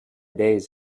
days